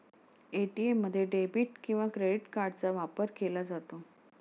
ATM मध्ये debit किंवा credit कार्डचा वापर केला जातो